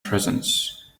presence